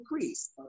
increase